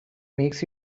makes